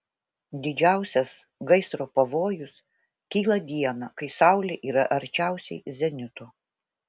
didžiausias gaisro pavojus kyla dieną kai saulė yra arčiausiai zenito